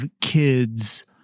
kids